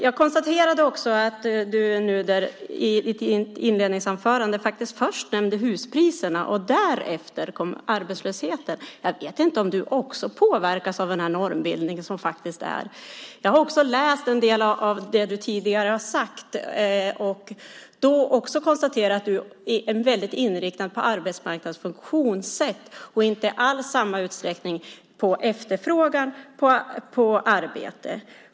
Jag konstaterade att du, Nuder, i ditt inledningsanförande först nämnde huspriserna och därefter arbetslösheten. Jag vet inte om du också påverkas av den normbildning som sker. Jag har också läst en del av det du tidigare har sagt och då konstaterat att du är väldigt inriktad på arbetsmarknadens funktionssätt och inte alls i samma utsträckning på efterfrågan på arbete.